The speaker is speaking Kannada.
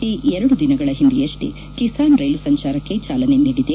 ಈ ಎರಡು ದಿನಗಳ ಹಿಂದೆಯಷ್ಟೇ ಕಿಸಾನ್ ರೈಲು ಸಂಚಾರಕ್ಕೆ ಚಾಲನೆ ನೀಡಿದೆ